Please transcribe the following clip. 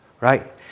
right